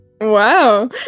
Wow